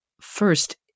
first